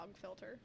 filter